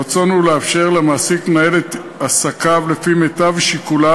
הרצון הוא לאפשר למעסיק לנהל את עסקיו לפי מיטב שיקוליו,